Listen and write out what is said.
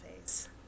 face